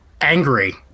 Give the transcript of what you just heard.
angry